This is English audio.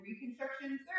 reconstruction